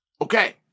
Okay